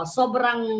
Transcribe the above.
sobrang